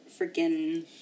freaking